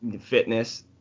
fitness